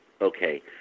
okay